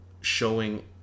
showing